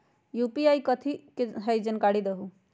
UPI कथी है? जानकारी दहु